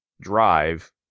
Drive